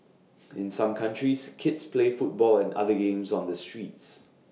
in some countries kids play football and other games on the streets